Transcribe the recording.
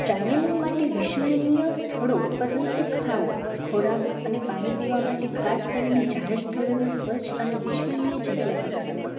travelling માટે વિશ્વનીય સ્થળો પર જ ખાવ ખોરાક અને પાણી પીવા માટે ખાસ કરીને જાહેર સ્થળોએ સ્વચ્છ અને વિશ્વનીય જગ્યા પસંદ કરો